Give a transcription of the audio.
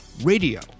radio